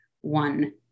one